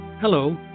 Hello